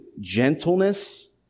gentleness